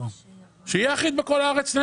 אחיד בכל הארץ.